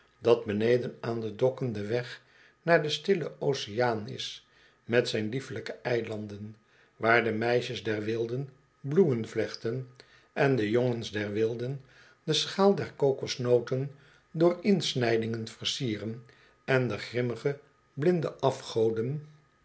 dat beneden aan de dokken de weg naar den stillen oceaan is met zijn liefelijke eilanden waar de meisjes der wilden bloemen vlechten en de jongens dor wilden de schaal der kokosnoten door insnijdingen versieren en de grimmige blinde afgoden